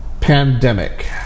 pandemic